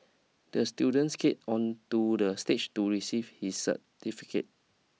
the student skate onto the stage to receive his certificate